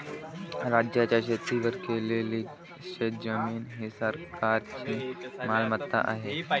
राज्याच्या शेतीवर केलेली शेतजमीन ही सरकारची मालमत्ता आहे